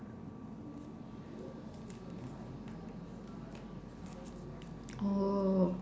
oh